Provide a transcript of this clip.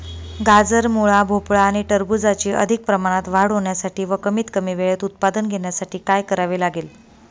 गाजर, मुळा, भोपळा आणि टरबूजाची अधिक प्रमाणात वाढ होण्यासाठी व कमीत कमी वेळेत उत्पादन घेण्यासाठी काय करावे लागेल?